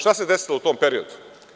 Šta se desilo u tom periodu?